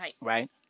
Right